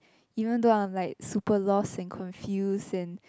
even though I am like super lost and confuse and